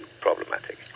problematic